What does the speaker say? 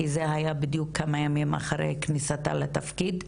כי זה היה בדיוק כמה ימים אחרי כניסתה לתפקיד,